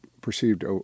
perceived